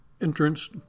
entrance